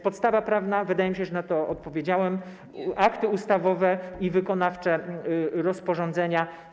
Podstawa prawna - wydaje mi się, że na to odpowiedziałem - to akty ustawowe i wykonawcze, rozporządzenia.